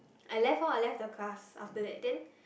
I left lor I left the class after that then